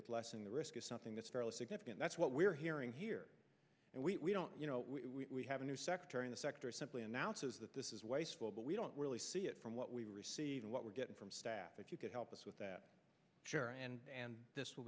with lessen the risk of something that's fairly significant that's what we're hearing here and we don't you know we have a new secretary in the sector simply announces that this is wasteful but we don't really see it from what we receive and what we're getting from staff if you could help us with that sure and this will